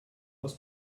aus